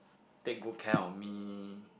take good care of me